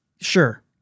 Sure